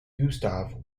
gustave